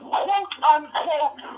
quote-unquote